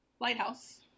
lighthouse